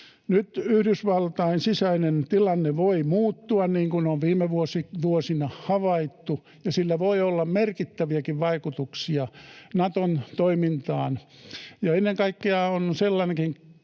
Nyt Yhdysvaltain sisäinen tilanne voi muuttua, niin kuin on viime vuosina havaittu, ja sillä voi olla merkittäviäkin vaikutuksia Naton toimintaan. Ja ennen kaikkea on sellainenkin